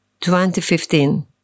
2015